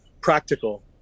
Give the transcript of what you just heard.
practical